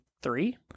three